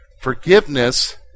Forgiveness